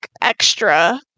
extra